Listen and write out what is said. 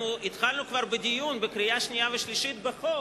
אנחנו התחלנו כבר בדיון בקריאה שנייה ושלישית בחוק